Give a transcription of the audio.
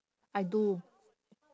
I do